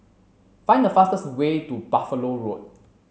find the fastest way to Buffalo Road